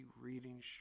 reading